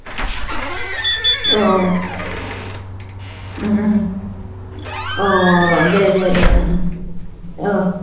अ अ अ अ दे दे दे